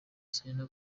selena